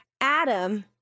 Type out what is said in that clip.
Adam